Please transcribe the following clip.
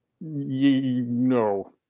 No